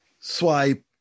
Swipe